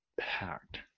Packed